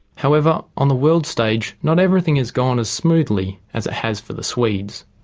however on the world stage not everything has gone as smoothly as it has for the swedes.